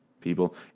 people